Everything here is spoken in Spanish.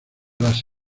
las